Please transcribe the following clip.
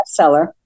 bestseller